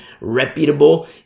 reputable